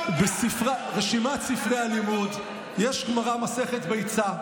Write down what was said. ברשימת ספרי הלימוד יש גמרא מסכת ביצה,